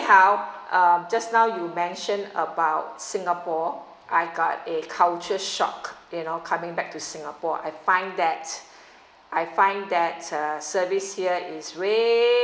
how uh just now you mentioned about singapore I got a culture shock you know coming back to singapore I find that I find that uh service here is